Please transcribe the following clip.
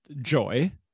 joy